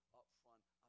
upfront